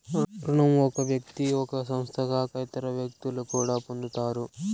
రుణం ఒక వ్యక్తి ఒక సంస్థ కాక ఇతర వ్యక్తులు కూడా పొందుతారు